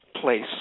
place